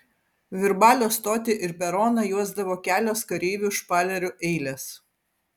virbalio stotį ir peroną juosdavo kelios kareivių špalerių eilės